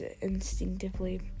instinctively